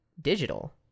digital